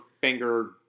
finger